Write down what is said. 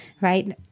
right